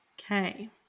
okay